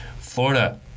Florida